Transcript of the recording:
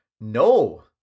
No